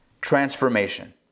transformation